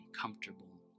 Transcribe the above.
comfortable